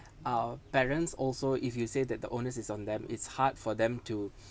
uh parents also if you say that the onus is on them it's hard for them to